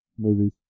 movies